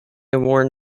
award